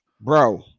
bro